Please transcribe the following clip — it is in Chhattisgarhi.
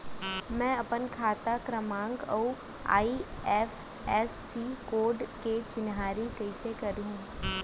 मैं अपन खाता क्रमाँक अऊ आई.एफ.एस.सी कोड के चिन्हारी कइसे करहूँ?